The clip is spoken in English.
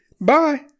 Bye